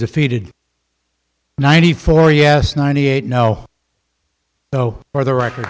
defeated ninety four yes ninety eight now so for the record